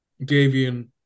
Davian